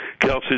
Kelsey